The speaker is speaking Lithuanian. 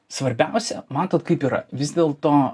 svarbiausia matot kaip yra vis dėl to